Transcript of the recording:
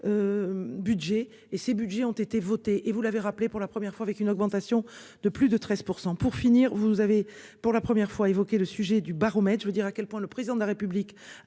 Budgets et ses Budgets ont été votés et vous l'avez rappelé, pour la première fois avec une augmentation de plus de 13% pour finir vous avez pour la première fois évoqué le sujet du baromètre. Je veux dire à quel point le président de la République